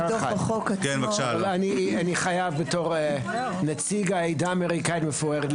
בתור נציג העדה האמריקאית המפוארת,